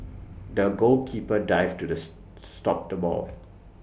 the goalkeeper dived to stop the ball